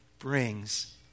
brings